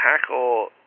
tackle